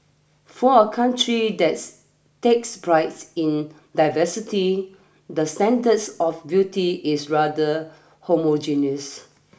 for a country thats takes prides in diversity the standards of beauty is rather homogeneous